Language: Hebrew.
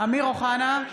אמיר אוחנה,